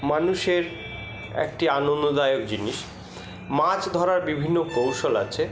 মানুষের একটি আনন্দদায়ক জিনিস মাছ ধরার বিভিন্ন কৌশল আছে